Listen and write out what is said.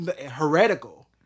heretical